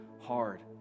hard